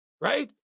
right